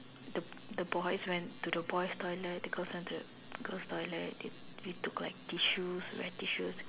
the the boys went to the boy's toilet the girls went to the girl's toilet then we took like tissues wet tissues